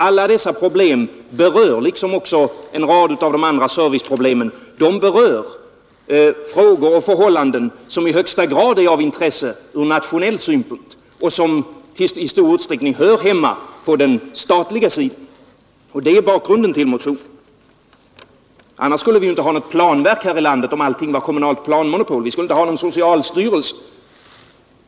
Alla dessa problem berör, liksom också en rad av de andra serviceproblemen, frågor och förhållanden som i högsta grad är av intresse ur nationell synpunkt och som i stor utsträckning hör hemma på den statliga sidan, och det är bakgrunden till motionen. Om allting var kommunalt planmonopol skulle vi inte ha något planverk här i landet. Vi skulle inte ha någon socialstyrelse.